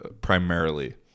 primarily